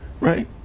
Right